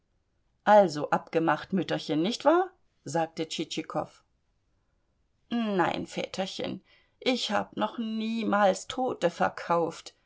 also abgemacht mütterchen nicht wahr sagte tschitschikow nein väterchen ich hab noch niemals tote verkauft